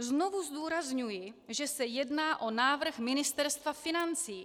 Znovu zdůrazňuji, že se jedná o návrh Ministerstva financí.